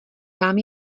vám